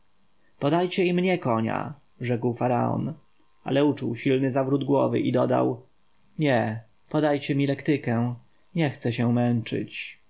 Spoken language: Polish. podajcie i mnie konia rzekł faraon ale uczuł silny zawrót głowy i dodał nie podajcie mi lektykę nie chcę się męczyć